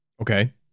Okay